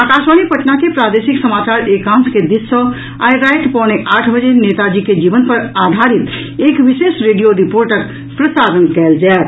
आकाशवाणी पटना के प्रादेशिक समाचार एकांश के दिस सँ आई राति पौने आठ बजे नेताजी के जीवन पर आधारित एक विशेष रेडियो रिपोर्टक प्रसारण कयल जायत